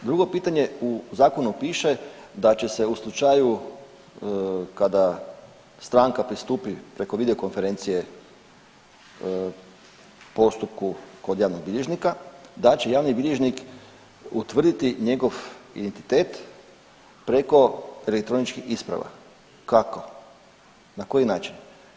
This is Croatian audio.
Drugo pitanje, u zakonu piše da će se u slučaju kada stranka pristupi preko video konferencije postupku kod javnog bilježnika da će javni bilježnik utvrditi njegov identitet preko elektroničkih isprava, kako, na koji način?